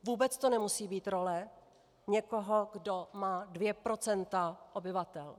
Vůbec to nemusí být role někoho, kdo má 2 % obyvatel.